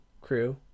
crew